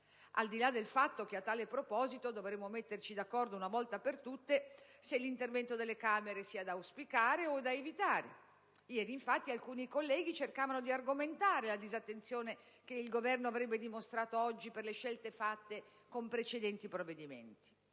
Al di là del fatto che a tale proposito dovremo metterci d'accordo una volta per tutte se l'intervento delle Camere sia da auspicare o da evitare. Ieri infatti alcuni colleghi cercavano di argomentare la disattenzione che il Governo avrebbe mostrato oggi per le scelte fatte con precedenti provvedimenti.